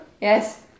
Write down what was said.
yes